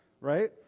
right